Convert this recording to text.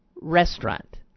restaurant